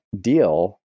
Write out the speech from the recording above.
deal